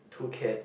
two kids